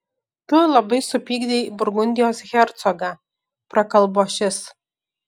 tu labai supykdei burgundijos hercogą prakalbo šis